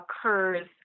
occurs